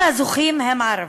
כל הזוכים הם ערבים,